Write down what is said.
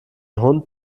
hund